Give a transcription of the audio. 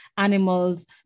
animals